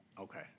Okay